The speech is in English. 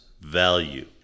value